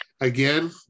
again